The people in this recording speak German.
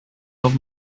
noch